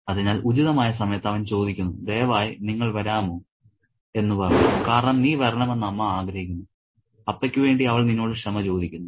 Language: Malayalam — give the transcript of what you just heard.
അതിനാൽ ഉചിതമായ സമയത്ത് അവൻ ചോദിക്കുന്നു ദയവായി നിങ്ങൾ വരാമോ എന്ന് പറഞ്ഞു കാരണം നീ വരണമെന്ന് അമ്മ ആഗ്രഹിക്കുന്നു അപ്പയ്ക്ക് വേണ്ടി അവൾ നിന്നോട് ക്ഷമ ചോദിക്കുന്നു